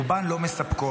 רובן לא מספקות.